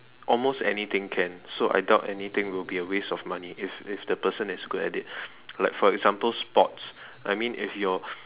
almost anything can so I doubt anything will be a waste of money if if the person is good at it like for example sports I mean if your